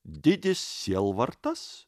didis sielvartas